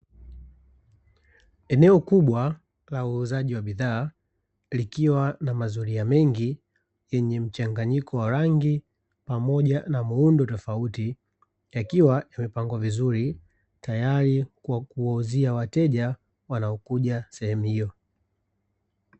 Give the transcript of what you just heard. Eneo kubwa la uuzaji wa bidhaa likiwa na mazulia mengi yenye mchanganyiko wa rangi pamoja na muundo tofauti yakiwa yamepangwa vizuri tayari kwa kuwauzia wateja wanaokuja sehemu hiyo.